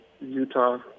Utah